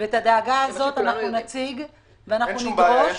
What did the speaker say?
ואת הדאגה הזאת אנחנו נציג ואנחנו נדרוש